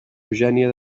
eugènia